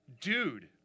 dude